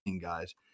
guys